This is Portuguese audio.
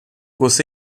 você